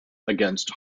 against